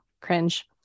cringe